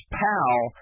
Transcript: pal